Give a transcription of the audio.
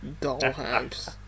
dollhouse